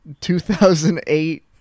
2008